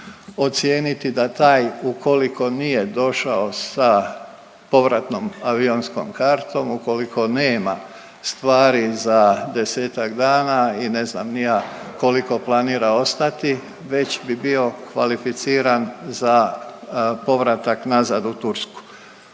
ocijeniti da taj, ukoliko nije došao sa povratnom avionskom kartom, ukoliko nema stvari za 10-ak dana i ne znam ni ja, koliko planira ostati, već bi bio kvalificiran za povratak nazad u Tursku.